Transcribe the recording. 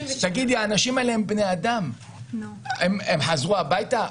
האנשים האלה הם בני אדם; הם חזרו הביתה?